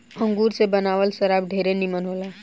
अंगूर से बनावल शराब ढेरे निमन होला